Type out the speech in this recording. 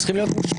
אנחנו יוצאים לחג